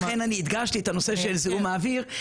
לכן אני הדגשתי את הנושא של זיהום האוויר,